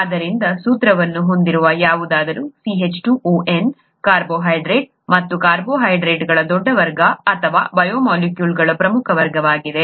ಆದ್ದರಿಂದ ಸೂತ್ರವನ್ನು ಹೊಂದಿರುವ ಯಾವುದಾದರೂ n ಕಾರ್ಬೋಹೈಡ್ರೇಟ್ ಮತ್ತು ಕಾರ್ಬೋಹೈಡ್ರೇಟ್ಗಳು ದೊಡ್ಡ ವರ್ಗ ಅಥವಾ ಬಯೋಮಾಲಿಕ್ಯೂಲ್ಗಳ ಪ್ರಮುಖ ವರ್ಗವಾಗಿದೆ